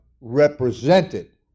represented